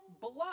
blood